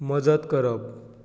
मजत करप